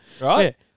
Right